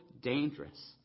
dangerous